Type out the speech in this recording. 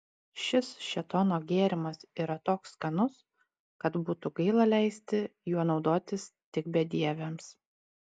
šis šėtono gėrimas yra toks skanus kad būtų gaila leisti juo naudotis tik bedieviams